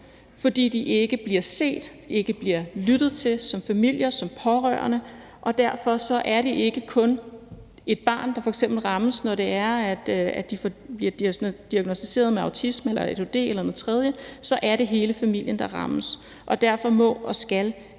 fordi de ikke bliver set og ikke bliver lyttet til som familier og som pårørende. Derfor er det ikke kun et barn, der f.eks. rammes, når det bliver diagnosticeret med autisme, adhd eller noget tredje. Det er hele familien, der rammes. Derfor må og skal vi